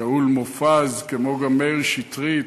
שאול מופז כמו גם מאיר שטרית,